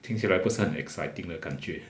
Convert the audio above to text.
听起来不是很 exciting 的感觉